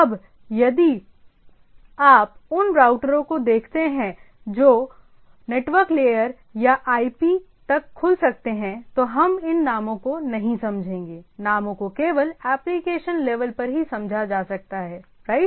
अब यदि आप उन राउटरों को देखते हैं जो नेटवर्क लेयर या आईपी तक खुल सकते हैं तो हम इन नामों को नहीं समझेंगे नामों को केवल एप्लिकेशन लेवल पर ही समझा जा सकता है राइट